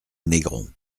négron